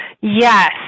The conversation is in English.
Yes